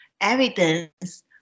evidence